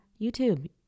YouTube